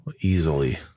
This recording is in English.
easily